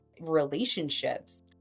relationships